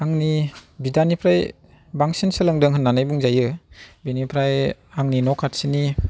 आंनि बिदानिफ्राय बांसिन सोलोंदों होननानै बुंजायो बिनिफ्राय आंनि न' खाथिनि